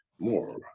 more